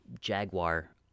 jaguar